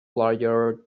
layer